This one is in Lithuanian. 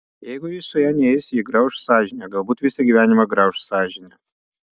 jeigu jis su ja neis jį grauš sąžinė galbūt visą gyvenimą grauš sąžinė